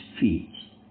feet